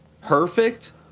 perfect